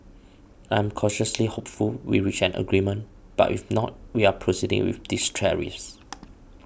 I'm cautiously hopeful we reach an agreement but if not we are proceeding with these tariffs